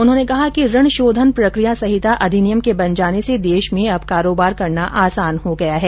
उन्होंने कहा कि ऋणशोधन प्रक्रिया संहिता अधिनियम के बन जाने से देश में अब कारोबार करना आसान हो गया है